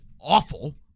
awful